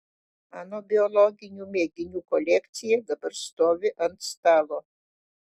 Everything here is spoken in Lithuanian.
mano biologinių mėginių kolekcija dabar stovi ant stalo